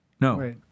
No